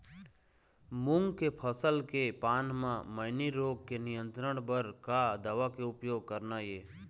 मूंग के फसल के पान म मैनी रोग के नियंत्रण बर का दवा के उपयोग करना ये?